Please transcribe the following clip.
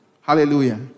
Hallelujah